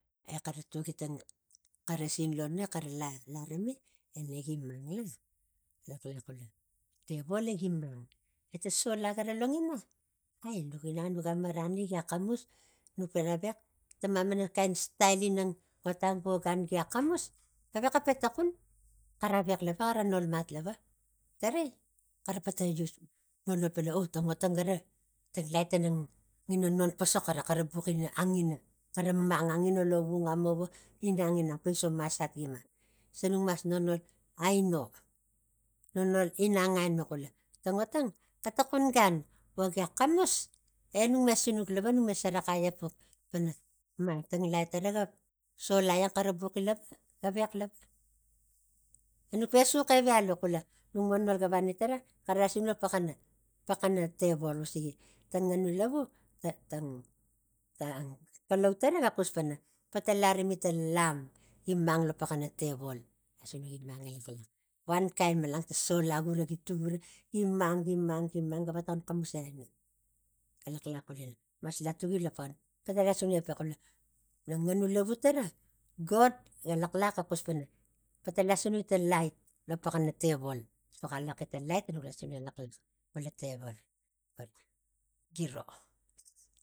E xara tuaki tang xarasin lo no e xara la laremi e ne gi mang la elaxlax xula tevol egi mang. Eta sola gara longina ai nuk inang nuga marani gia xamus nuk pana vex ta mamana kain stail ina tang otang vo gan gia xamus gavexa pe taxon xara vex alva xara nolmat lava tarai xara pata us nonol pana o tang otang gawa ta lait tara ngina non pasox ava xara buxi angina xara mang angina lovung amava inang ina poiso masat gima xisang nuk mas nonol aino nonol inang aino xula tang otang xetaxum gan vo gia xamus enuk me sinuk lava nuk me saraxai epux pana man ta lait ara sola eang xara vbuxi lava gavex lava e tava xara lasanugi lo paxana paxana tevol usigi ta nganu lavu ta tang ta- ta kalau tara ga xus pana pata larimi tang lam gi mang lo paxana tevol lasinuki gi mang elaxlax wankain malan ta sola gura gi tuk gura gi mang gi mang gi mang ga vexa tokon xamusai ina elax lax xulina maslatuaki lo na nganu lavu tara god elaxlax ga xus pana pata lsinuki ta lait lo paxan tevol suxa laxi ta lait e lasinuki elaxlax xula tevol gura giro